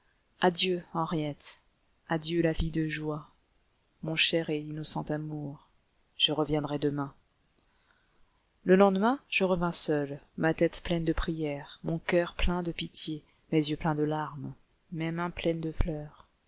adieu henriette adieu la fille de joie mon cher et innocent amour je reviendrai demain le lendemain je revins seul ma tête pleine de prières mon coeur plein de pitié mes yeux pleins de larmes mes mains pleines de fleurs